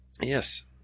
Yes